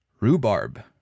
Rhubarb